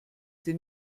sie